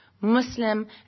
Muslim